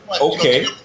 okay